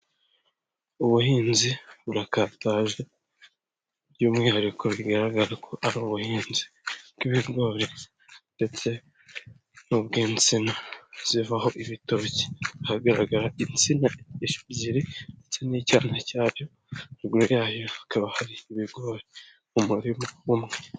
Ubuhinzi burakataje by'umwihariko bigaragara ko ari ubuhinzi bw'ibigori ndetse n'ubw'insina zivaho ibitoki. Hagaragara insina ebyiri ndetse n'icyana cyabyo, haruguru yayo hakaba hari ibigori mu murima umwe.